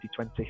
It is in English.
2020